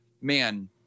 man